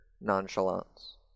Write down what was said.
nonchalance